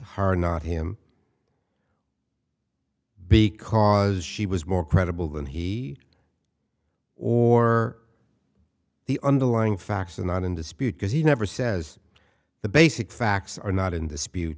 or not him because she was more credible than he or the underlying facts are not in dispute because he never says the basic facts are not in